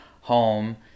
home